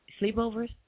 sleepovers